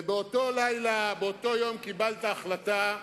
ובאותו לילה, באותו יום, קיבלת החלטה,